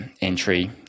entry